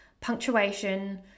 punctuation